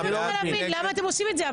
אני לא מצליחה להבין למה אתם עושים את זה?